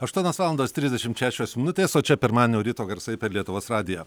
aštuonios valandos trisdešimt šešios minutės o čia pirmadienio ryto garsai per lietuvos radiją